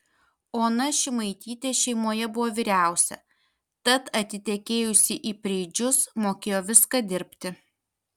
ona šimaitytė šeimoje buvo vyriausia tad atitekėjusi į preidžius mokėjo viską dirbti